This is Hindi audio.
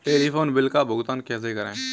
टेलीफोन बिल का भुगतान कैसे करें?